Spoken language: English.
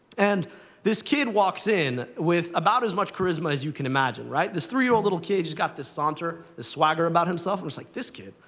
and this kid walks in with about as much charisma as you can imagine, right. this three year old little kid, just got this saunter, this swagger about himself. i was like, this kid,